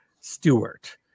Stewart